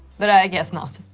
but i guess not